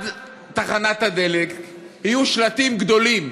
ממחלף רמת ישי עד תחנת הדלק יהיו שלטים גדולים,